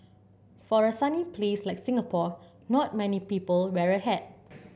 for a sunny place like Singapore not many people wear a hat